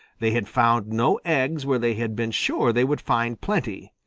they had found no eggs where they had been sure they would find plenty.